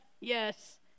Yes